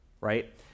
right